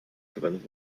verwendet